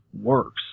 works